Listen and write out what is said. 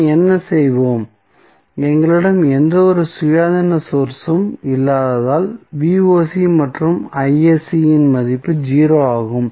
நாம் என்ன செய்வோம் எங்களிடம் எந்தவொரு சுயாதீன சோர்ஸ் உம் இல்லாததால் மற்றும் யின் மதிப்பு 0 ஆகும்